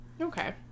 Okay